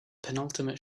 penultimate